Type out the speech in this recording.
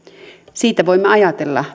siitä voimme ajatella